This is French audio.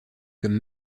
comme